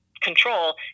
control